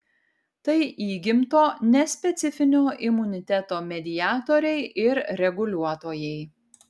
tai įgimto nespecifinio imuniteto mediatoriai ir reguliuotojai